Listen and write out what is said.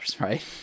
right